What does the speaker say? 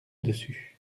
dessus